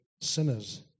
sinners